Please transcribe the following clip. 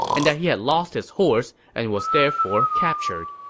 and that he had lost his horse and was therefore captured.